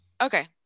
okay